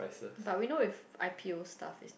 but we know with i_p_o stuff is